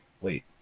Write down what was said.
wait